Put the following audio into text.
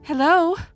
Hello